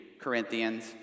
corinthians